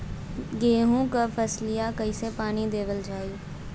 गेहूँक फसलिया कईसे पानी देवल जाई?